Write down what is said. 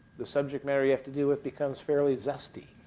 the subject matter you deal with becomes fairly westy.